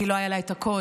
כי לא היה לה את הקוד,